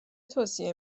توصیه